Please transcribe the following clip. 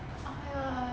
oh my god